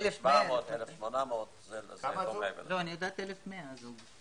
1,700, 1,800. אני יודעת ש-1,100.